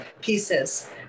pieces